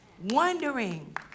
Wondering